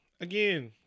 again